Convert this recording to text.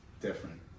different